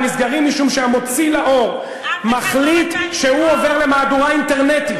הם נסגרים משום שהמוציא לאור מחליט שהוא עובר למהדורה אינטרנטית,